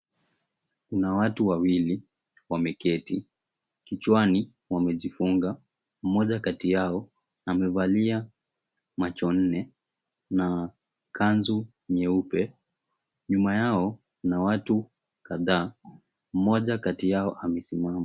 Kuna watu wawili wameketi kichwani wamejifunga, mmoja kati yao amevalia macho nne na kanzu nyeupe nyuma yao kuna watu kadhaa mmoja kati yao amesimama.